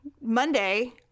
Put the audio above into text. Monday